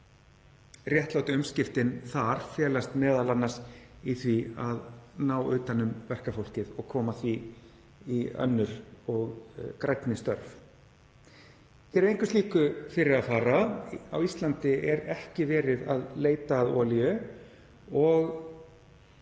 Réttlátu umskiptin þar felast m.a. í því að ná utan um verkafólkið og koma því í önnur og grænni störf. Hér er engu slíku fyrir að fara. Á Íslandi er ekki verið að leita að olíu og,